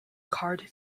card